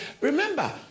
Remember